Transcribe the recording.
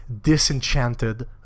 disenchanted